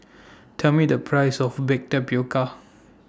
Tell Me The Price of Baked Tapioca